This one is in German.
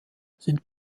sind